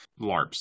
LARPs